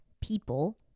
people